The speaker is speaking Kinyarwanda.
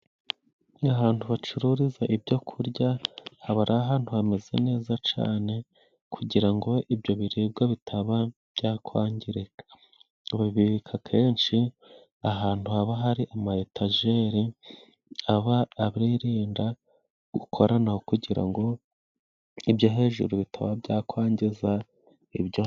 Ahantu bacururiza ibyo kurya haba ari ahantu hameze neza cane, kugira ngo ibyo biribwa bitaba byakwangirika. Babibika akenshi ahantu haba hari ama etajeri aba abirinda gukoranaho kugira ngo ibya hejuru bikaba byakwingiza ibyo hasi.